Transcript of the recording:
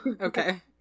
okay